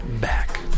back